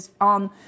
on